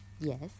Yes